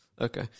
okay